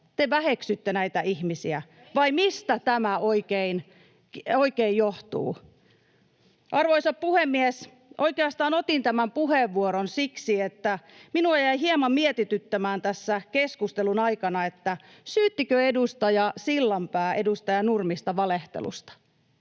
[Vasemmalta: Ei ole edes ministeri paikalla!] Arvoisa puhemies! Oikeastaan otin tämän puheenvuoron siksi, että minua jäi hieman mietityttämään tässä keskustelun aikana, syyttikö edustaja Sillanpää edustaja Nurmista valehtelusta.